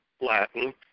Latin